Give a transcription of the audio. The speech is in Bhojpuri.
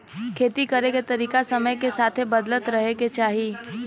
खेती करे के तरीका समय के साथे बदलत रहे के चाही